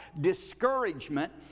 discouragement